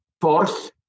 force